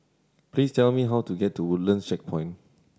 please tell me how to get to Woodlands Checkpoint